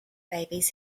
babies